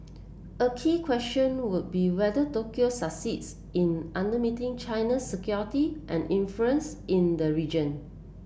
a key question would be whether Tokyo succeeds in under meeting China's security and influence in the region